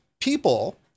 people